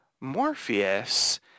Morpheus